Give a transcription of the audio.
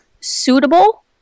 suitable